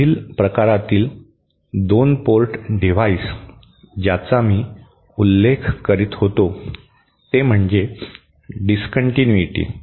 पुढील प्रकारातील 2 port device ज्याचा मी उल्लेख करीत होतो ते म्हणजे डिसकंटिन्यूइटी